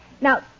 Now